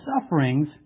sufferings